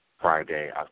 Friday